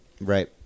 Right